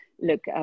look